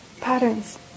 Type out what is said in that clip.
patterns